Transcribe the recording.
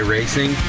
Racing